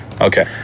Okay